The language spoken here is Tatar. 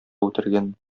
үтергән